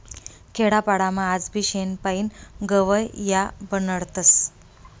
खेडापाडामा आजबी शेण पायीन गव या बनाडतस